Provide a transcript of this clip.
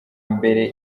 mbere